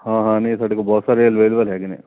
ਹਾਂ ਹਾਂ ਨਹੀਂ ਸਾਡੇ ਕੋਲ ਬਹੁਤ ਸਾਰੇ ਅਵੇਲੇਬਲ ਹੈਗੇ ਨੇ